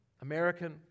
American